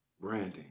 Branding